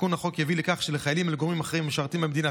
תיקון החוק יביא לכך שלחיילים ולגורמים אחרים המשרתים המדינה,